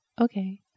okay